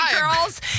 girls